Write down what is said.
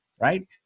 right